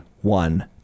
one